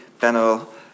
panel